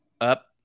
up